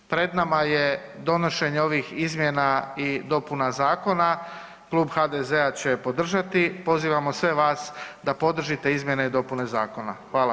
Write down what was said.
Pred nama je donošenje ovih izmjena i dopuna zakona, Klub HDZ-a će je podržati, pozivamo sve vas da podržite izmjene i dopune zakona.